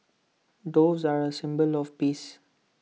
doves are A symbol of peace